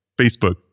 Facebook